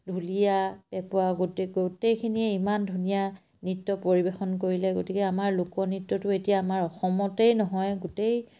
ঢুলীয়া পেঁপুৱা গোটেই গোটেইখিনিয়ে ইমান ধুনীয়া নৃত্য পৰিৱেশন কৰিলে গতিকে আমাৰ লোকনৃত্যটো এতিয়া আমাৰ অসমতেই নহয় গোটেই